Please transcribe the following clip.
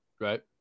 Right